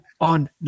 on